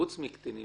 חוץ מקטינים.